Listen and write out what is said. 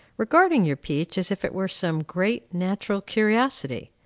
regarding your peach as if it were some great natural curiosity.